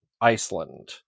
Iceland